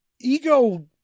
ego